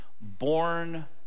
born